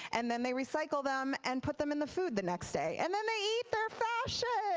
and then they recycle them and put them in the food the next day. and then they eat their fashion.